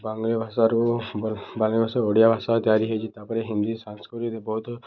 ବଙ୍ଗାଳୀ ଭାଷାରୁ ବଙ୍ଗାଳୀ ଭାଷା ଓଡ଼ିଆ ଭାଷା ତିଆରି ହେଇଛି ତା'ପରେ ହିନ୍ଦୀ ସାଂସ୍କୃତି ବହୁତ